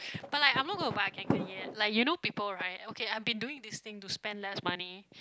but like I'm not gonna buy a Kanken yet like you know people right okay I've been doing this thing to spend less money